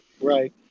Right